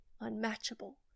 unmatchable